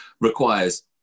requires